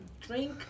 drink